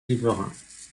riverains